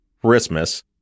Christmas